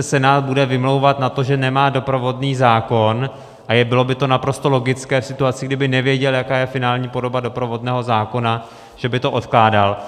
Senát bude vymlouvat na to, že nemá doprovodný zákon, a bylo by to naprosto logické v situaci, kdyby nevěděl, jaká je finální podoba doprovodného zákona, že by to odkládal.